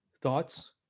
thoughts